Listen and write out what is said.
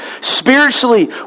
spiritually